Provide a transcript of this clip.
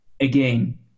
again